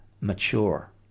mature